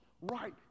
right